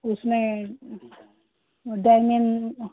उसमें डाइमेन